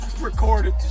recorded